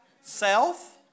Self